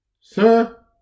Sir